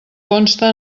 consta